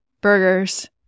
burgers